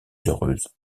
heureuse